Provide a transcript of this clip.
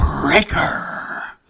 Breaker